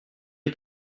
des